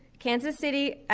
kansas city,